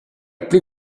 plus